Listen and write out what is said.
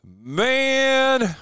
man